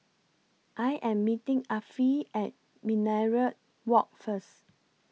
I Am meeting Affie At Minaret Walk First